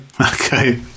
Okay